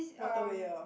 waterway ah